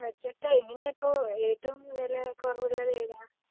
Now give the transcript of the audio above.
budget എങ്ങനെയാണ് ഇപ്പോൾ ഏറ്റവും വില കുറവുള്ളത് ഏതാണ്